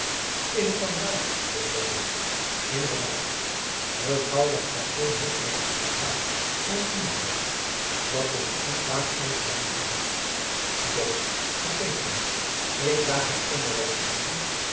is het dan waar vroeg beaumont inderdaad mevrouw de gravin heeft mij iets verhaald van een onderhoud dat tusschen u plaats schijnt te hebben gehad doch vergeef mij ik raak een onderwerp aan